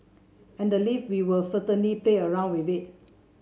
and the leave we were certainly play around with it